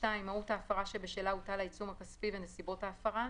מהות ההפרה שבשלה הוטל העיצום הכספי ונסיבות ההפרה,